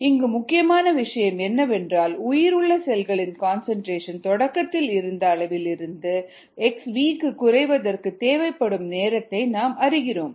இங்கு முக்கியமான விஷயம் என்னவென்றால் உயிருள்ள செல்களின் கன்சன்ட்ரேஷன் தொடக்கத்தில் இருந்த xvo அளவிலிருந்து xv க்கு குறைவதற்கு தேவைப்படும் நேரத்தை நாம் அறிகிறோம்